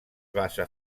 basa